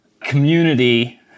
community